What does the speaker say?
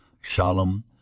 Shalom